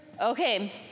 Okay